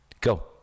Go